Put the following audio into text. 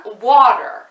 water